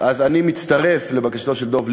אז אני מצטרף לבקשתו של דב ליפמן.